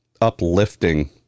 uplifting